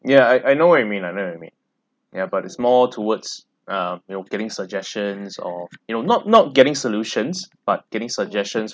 ya I I know what you mean I know what you mean ya but is more towards uh you know getting suggestions or you know not not getting solutions but getting suggestions